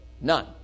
none